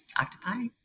octopi